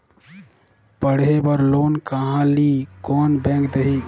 पढ़े बर लोन कहा ली? कोन बैंक देही?